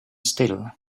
still